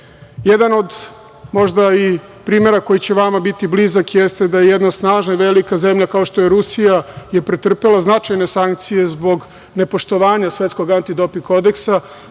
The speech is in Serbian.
napore. Jedan od primera koji će vama biti blizak jeste da je jedna snažna i velika zemlja kao što je Rusija pretrpela značajne sankcije zbog nepoštovanja Svetskog antidoping kodeksa